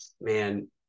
man